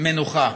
מנוחה.